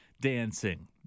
dancing